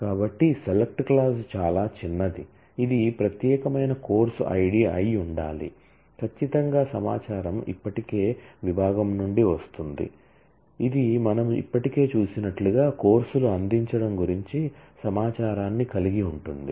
కాబట్టి select clause చాలా చిన్నది ఇది ప్రత్యేకమైన కోర్సు ఐడి అయి ఉండాలి ఖచ్చితంగా సమాచారం ఇప్పటికే విభాగం నుండి వస్తుంది ఇది మనము ఇప్పటికే చూసినట్లుగా కోర్సులు అందించడం గురించి సమాచారాన్ని కలిగి ఉంటుంది